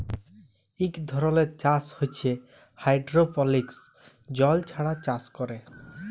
ইক ধরলের চাষ হছে হাইডোরোপলিক্স জল ছাড়া চাষ ক্যরে